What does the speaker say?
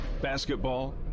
basketball